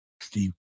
Steve